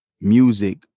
music